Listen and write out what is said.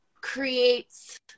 creates